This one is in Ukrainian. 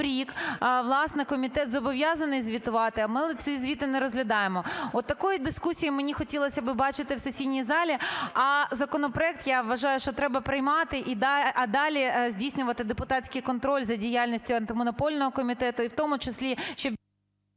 власне, комітет зобов'язаний звітувати, а ми ці звіти не розглядаємо. Отакої дискусії мені хотілося би бачити в сесійній залі, а законопроект, я вважаю, що треба приймати, а далі здійснювати депутатський контроль за діяльністю Антимонопольного комітету і в тому числі, щоб…